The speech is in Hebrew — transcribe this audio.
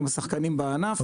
עם השחקנים בענף.